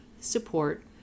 support